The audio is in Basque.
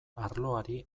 arloari